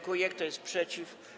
Kto jest przeciw?